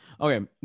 Okay